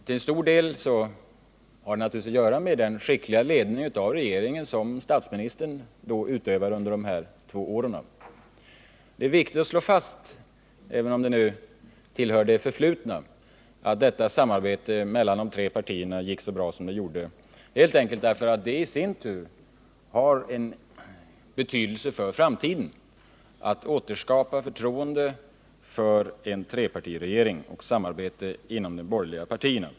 Till stor del sammanhängde det naturligtvis med den skickliga ledning av regeringen som statsministern utövade under dessa två år. Det är viktigt att slå fast, även om det nu tillhör det förflutna, att samarbetet mellan de tre regeringspartierna gick så bra som det gjorde helt enkelt därför att det i sin tur har sin betydelse för framtiden när det gäller att återskapa förtroendet för ett samarbete mellan de borgerliga partierna inom ramen för en trepartiregering.